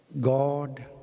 God